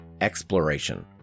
exploration